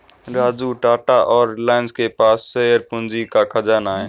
राजू टाटा और रिलायंस के पास शेयर पूंजी का खजाना है